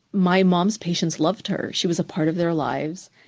my mom's patients loved her. she was a part of their lives.